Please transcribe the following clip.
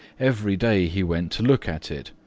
every day he went to look at it,